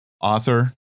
author